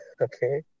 Okay